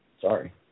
Sorry